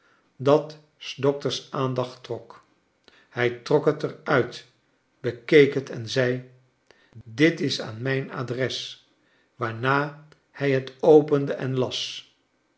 dat s dokters aandacht trok hij trok het er uit bekeek bet en zei dit is aan inijn adres waarna hij het opende en las